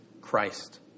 Christ